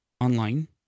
online